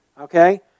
okay